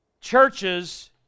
churches